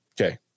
okay